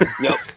Nope